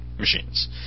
machines